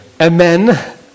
amen